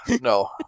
no